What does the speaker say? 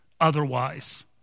otherwise